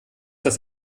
das